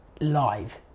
live